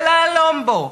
ולהלום בו,